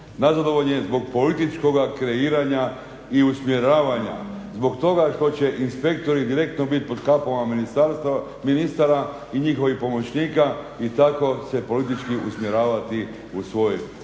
nazadovanje zbog političkog kreiranja i usmjeravanja zbog toga što će inspektori biti direktno pod kapom ministara i njihovih pomoćnika i tako se politički usmjeravati u svoj